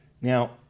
Now